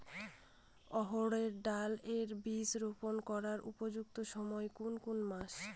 অড়হড় ডাল এর বীজ রোপন করার উপযুক্ত সময় কোন কোন মাস?